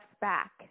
back